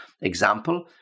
example